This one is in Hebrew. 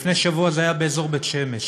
לפני שבוע זה היה באזור בית שמש,